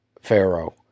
Pharaoh